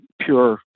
pure